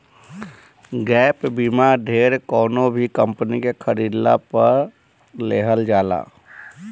gap बीमा ढेर कवनो भी कंपनी के खरीदला पअ लेहल जाला